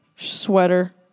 Sweater